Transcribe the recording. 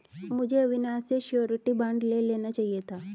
मुझे अविनाश से surety bond ले लेना चाहिए था